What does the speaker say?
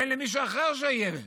תן למישהו אחר שיהיה.